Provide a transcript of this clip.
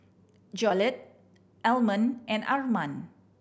Jolette Almon and Arman